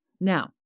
Now